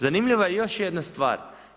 Zanimljiva je još jedna stvar.